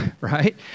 right